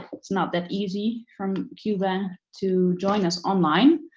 it's not that easy from cuba to join us online.